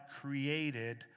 created